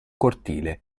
cortile